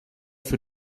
für